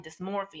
dysmorphia